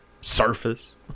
surface